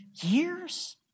years